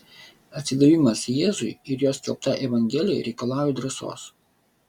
atsidavimas jėzui ir jo skelbtai evangelijai reikalauja drąsos